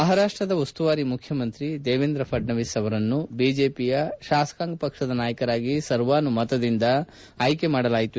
ಮಹಾರಾಷ್ಟದ ಉಸ್ತುವಾರಿ ಮುಖ್ಯಮಂತ್ರಿ ದೇವೇಂದ್ರ ಫಡ್ನವೀಸ್ ಅವರು ಬಿಜೆಪಿಯ ಶಾಸಕಾಂಗ ಪಕ್ಷದ ನಾಯಕರಾಗಿ ಸರ್ವಾನುಮತದಿಂದ ಆಯ್ಲೆ ಮಾಡಲಾಯಿತು